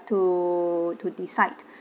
to to decide